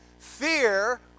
Fear